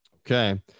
Okay